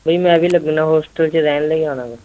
ਬਾਈ ਮੈਂ ਵੀ ਲੱਗਣਾ ਹੋਸਟਲ 'ਚ ਰਹਿਣ ਲਈ ਆਉਣਾ ਵਾ